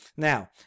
Now